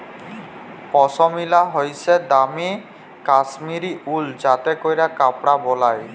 পশমিলা হইসে দামি কাশ্মীরি উল যাতে ক্যরে কাপড় বালায়